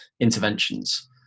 interventions